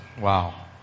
Wow